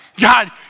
God